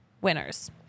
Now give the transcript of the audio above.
winners